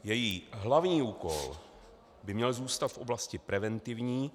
Její hlavní úkol by měl zůstat v oblasti preventivní.